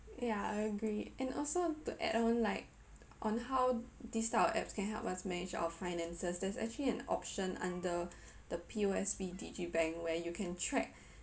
yeah I agree and also to add on like on how this type of apps can help us manage our finances there's actually an option under the P_O_S_B digibank where you can track